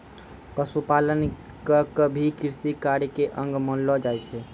पशुपालन क भी कृषि कार्य के अंग मानलो जाय छै